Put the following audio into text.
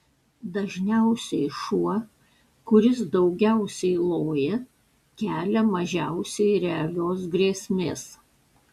dažniausiai šuo kuris daugiausiai loja kelia mažiausiai realios grėsmės